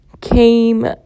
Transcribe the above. came